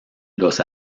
los